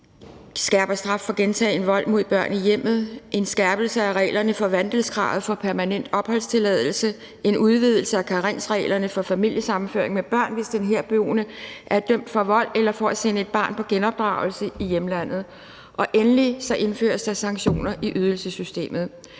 skærpet straf for gentagen vold mod børn i hjemmet, der er en skærpelse af reglerne for vandelskravet for permanent opholdstilladelse, der er en udvidelse af karensreglerne for familiesammenføring med børn, hvis den herboende er dømt for vold eller for at sende et barn på genopdragelse i hjemlandet, og endelig indføres der sanktioner i ydelsessystemet.